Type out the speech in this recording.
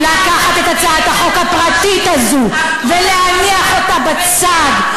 לקחת את הצעת החוק הפרטית הזו ולהניח אותה בצד,